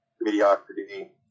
mediocrity